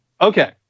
okay